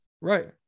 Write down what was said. Right